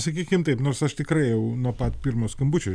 sakykim taip nors aš tikrai jau nuo pat pirmo skambučio